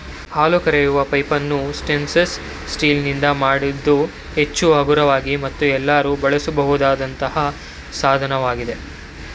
ಹಾಲು ಕರೆಯುವ ಪೈಪನ್ನು ಸ್ಟೇನ್ಲೆಸ್ ಸ್ಟೀಲ್ ನಿಂದ ಮಾಡಿದ್ದು ಹೆಚ್ಚು ಹಗುರವಾಗಿ ಮತ್ತು ಎಲ್ಲರೂ ಬಳಸಬಹುದಾದಂತ ಸಾಧನವಾಗಿದೆ